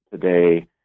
today